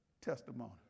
testimony